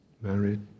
married